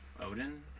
Odin